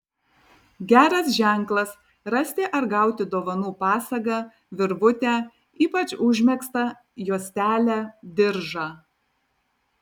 geras ženklas rasti ar gauti dovanų pasagą virvutę ypač užmegztą juostelę diržą